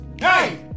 hey